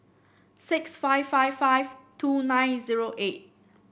six five five five two nine zero eight